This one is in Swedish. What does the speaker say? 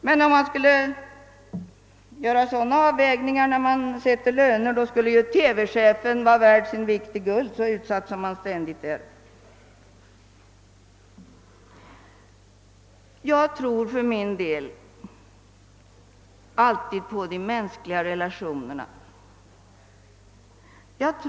Men om man skall göra sådana avvägningar vid lönesättningen, skulle TV-chefen vara värd sin vikt i guld så utskälld som han ständigt är. Jag tror för min del alltid på de mänskliga relationerna.